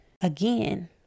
again